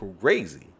crazy